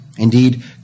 Indeed